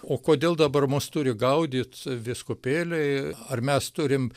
o kodėl dabar mus turi gaudyt vyskupėliai ar mes turim